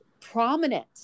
prominent